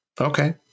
Okay